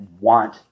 want